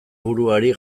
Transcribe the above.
buruari